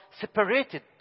separated